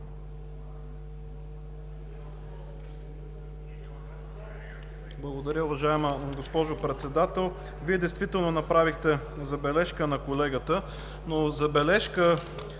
Благодаря, уважаема госпожо Председател. Вие действително направихте забележка на колегата, но забележка